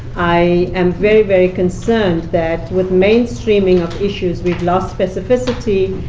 i am very, very concerned that with mainstreaming of issues, we've lost specificity.